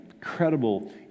Incredible